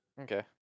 okay